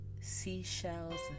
seashells